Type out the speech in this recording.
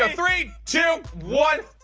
ah three, two, one!